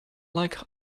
like